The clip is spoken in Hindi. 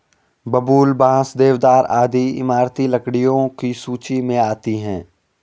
बबूल, बांस, देवदार आदि इमारती लकड़ियों की सूची मे आती है